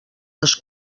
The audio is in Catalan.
les